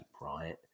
right